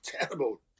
terrible